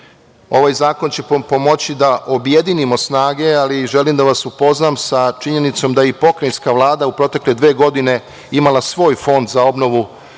Ovaj zakon će pomoći da objedinimo snage, ali želim i da vas upoznam sa činjenicom da i Pokrajinska vlada u protekle dve godine imala je svoj fond za obnovu